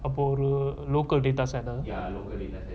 அப்ப ஒரு:apo oru local data set ah